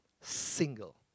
single